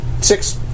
Six